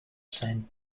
saint